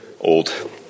old